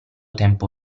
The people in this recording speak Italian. tempo